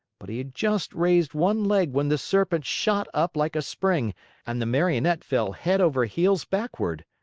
but he had just raised one leg when the serpent shot up like a spring and the marionette fell head over heels backward.